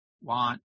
want